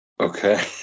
Okay